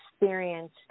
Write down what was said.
experienced